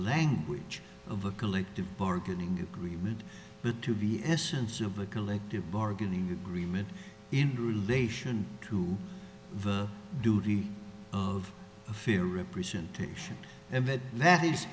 language of a collective bargaining agreement but to be essence of a collective bargaining agreement in relation to the duty of fear representation and that that